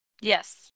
yes